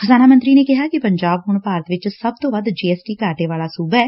ਖ਼ਜਾਨਾ ਮੰਤਰੀ ਨੇ ਕਿਹਾ ਕਿ ਪੰਜਾਬ ਹੁਣ ਭਾਰਤ ਵਿਚ ਸਭ ਤੋਂ ਵੱਧ ਜੀ ਐਸ ਟੀ ਘਾਟੇ ਵਾਲਾ ਸੁਬਾ ਐ